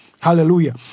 Hallelujah